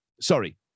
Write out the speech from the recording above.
Sorry